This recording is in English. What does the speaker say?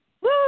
Woo